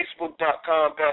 facebook.com